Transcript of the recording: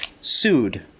sued